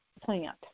plant